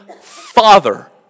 Father